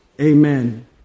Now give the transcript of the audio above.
Amen